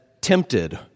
tempted